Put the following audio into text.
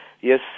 Yes